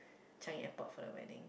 Changi-Airport for the wedding